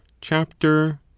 chapter